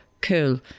cool